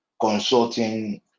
consulting